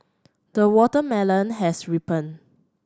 the watermelon has ripened